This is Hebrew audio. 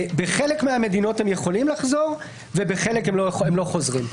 בחלק מהמדינות הם יכולים לחזור ובחלק הם לא חוזרים.